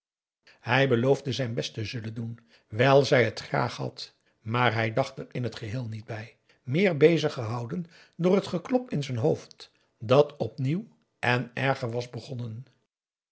hij beloofde zijn best te zullen doen wijl zij het graag had maar hij dacht er in t geheel niet bij meer beziggehouden door het geklop in z'n hoofd dat opnieuw en erger was begonnen